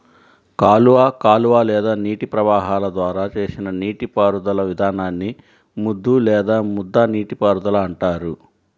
కాలువ కాలువ లేదా నీటి ప్రవాహాల ద్వారా చేసిన నీటిపారుదల విధానాన్ని ముద్దు లేదా ముద్ద నీటిపారుదల అంటారు